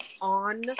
on